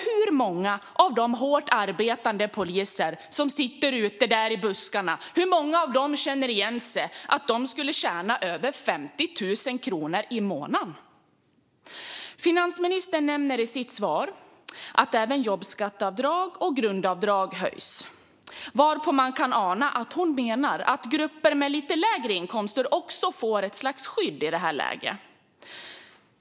Hur många av de hårt arbetande poliser som sitter där ute i buskarna känner igen sig i att de skulle tjäna över 50 000 kronor i månaden? Finansministern nämner i sitt svar att även jobbskatteavdrag och grundavdrag höjs. Man kan ana att hon menar att grupper med lite lägre inkomster också får ett slags skydd i det här läget.